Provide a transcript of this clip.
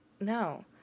No